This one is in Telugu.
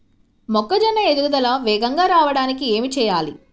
మొక్కజోన్న ఎదుగుదల వేగంగా రావడానికి ఏమి చెయ్యాలి?